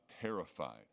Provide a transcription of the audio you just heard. terrified